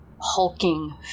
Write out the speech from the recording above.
hulking